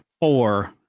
four